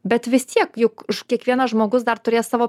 bet vis tiek juk kiekvienas žmogus dar turės savo